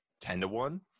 Ten-to-one